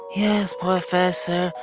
yes, professor.